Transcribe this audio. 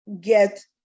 get